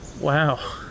Wow